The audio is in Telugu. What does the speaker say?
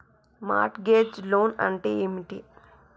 మార్ట్ గేజ్ లోన్ అంటే ఏమిటి?